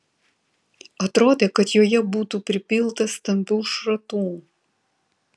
atrodė kad joje būtų pripilta stambių šratų